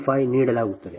15 ನೀಡಲಾಗುತ್ತದೆ